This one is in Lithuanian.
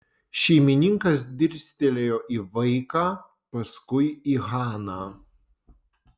šeimininkas dirstelėjo į vaiką paskui į haną